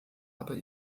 aber